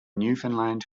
newfoundland